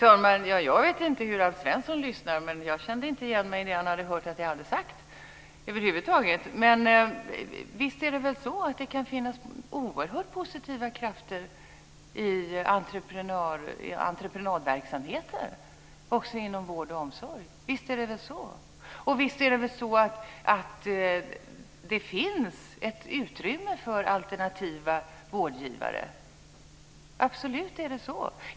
Fru talman! Jag vet inte hur Alf Svensson lyssnar, men jag kände över huvud taget inte igen mig i det han hade hört att jag hade sagt. Visst kan det finnas oerhört positiva krafter i entreprenadverksamheter - också inom vård och omsorg. Visst är det så. Visst är det så att det finns ett utrymme för alternativa vårdgivare. Det finns det absolut.